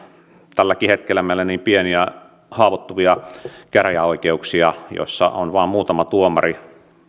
tälläkin hetkellä pieniä ja haavoittuvia käräjäoikeuksia joissa on vain muutama tuomari